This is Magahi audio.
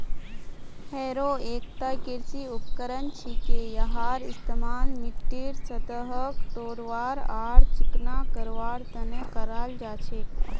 हैरो एकता कृषि उपकरण छिके यहार इस्तमाल मिट्टीर सतहक तोड़वार आर चिकना करवार तने कराल जा छेक